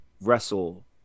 wrestle